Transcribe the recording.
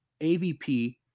AVP